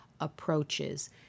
approaches